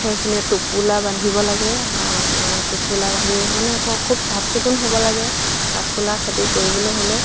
খেৰখিনি টোপোলা বান্ধিব লাগে টোপোলা বান্ধি মানে খুব চাফ চিকুণ হ'ব লাগে কাঠফুলা খেতি কৰিবলে হ'লে